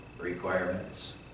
requirements